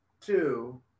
two